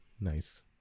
Nice